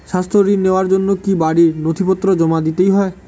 স্বাস্থ্য ঋণ নেওয়ার জন্য কি বাড়ীর নথিপত্র জমা দিতেই হয়?